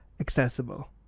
accessible